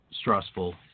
stressful